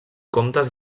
comptes